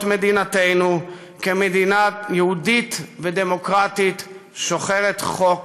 מדינתנו כמדינה יהודית ודמוקרטית שוחרת חוק